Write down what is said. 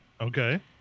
Okay